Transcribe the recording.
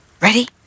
Ready